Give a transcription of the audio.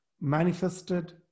manifested